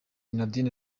nadine